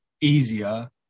easier